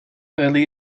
early